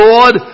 Lord